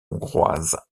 hongroise